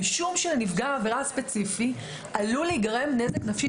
-- משום שלנפגע העבירה הספציפי עלול להיגרם נזק נפשי,